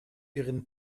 ihren